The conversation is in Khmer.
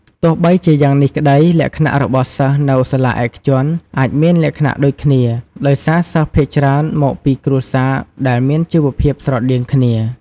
ទោះបីជាយ៉ាងនេះក្តី លក្ខណៈរបស់សិស្សនៅសាលាឯកជនអាចមានលក្ខណៈដូចគ្នា ដោយសារសិស្សភាគច្រើនមកពីគ្រួសារដែលមានជីវភាពស្រដៀងគ្នា។